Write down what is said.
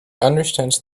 understands